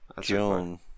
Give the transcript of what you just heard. June